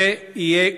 זה יהיה גרוע.